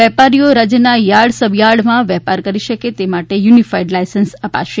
વેપારીઓ રાજ્યના યાર્ડ શબયાર્ડમાં વેપાર કરી શકે તે માટે યુનિફાઈડ લાયસન્સ આપશે